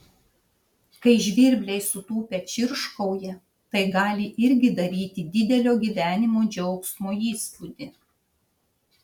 kai žvirbliai sutūpę čirškauja tai gali irgi daryti didelio gyvenimo džiaugsmo įspūdį